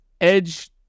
Edge